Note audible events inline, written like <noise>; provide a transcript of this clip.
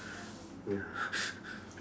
ya <laughs>